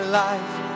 life